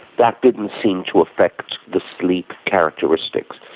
that didn't seem to affect the sleep characteristics.